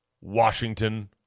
Washington